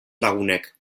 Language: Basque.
lagunek